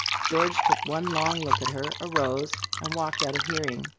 george took one long look at her, arose, and walked out of hearing.